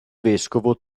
vescovo